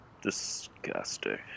disgusting